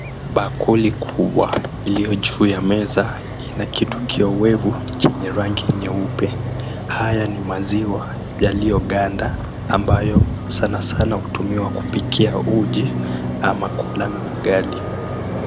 Bakuli kubwa iliyo juu ya meza ina kitu kya unyevu kenye rangi nyeupe, haya ni maziwa yaliyoganda ambayo sanasana hutumiwa kuoikia uji ama ugali.